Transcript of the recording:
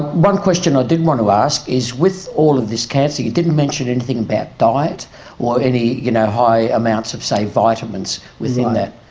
one question i did want to ask is with all of this cancer, you didn't mention anything about diet or any you know high amounts of, say, vitamins within that.